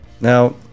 Now